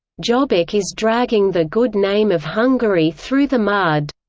jobbik is dragging the good name of hungary through the mud,